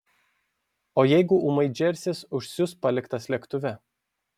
o jeigu ūmai džersis užsius paliktas lėktuve